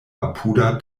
apuda